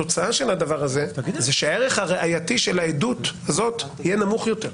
התוצאה של הדבר הזה היא שהערך הראייתי של העדות הזאת יהיה נמוך יותר.